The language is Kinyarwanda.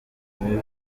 mibi